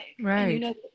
Right